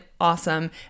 awesome